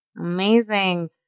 Amazing